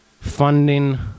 funding